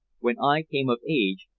when i came of age,